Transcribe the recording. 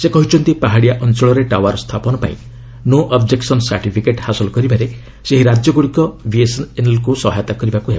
ସେ କହିଛନ୍ତି ପାହାଡ଼ିଆ ଅଞ୍ଚଳରେ ଟାୱାର ସ୍ଥାପନ ପାଇଁ ନୋ ଅବଜେକୁନ ସାର୍ଟିଫିକେଟ ହାସଲ କରିବାରେ ସେହି ରାଜ୍ୟଗୁଡ଼ିକ ବିଏସ୍ଏନ୍ଏଲ୍କୁ ସହାୟତା କରିବାକୁ ହେବ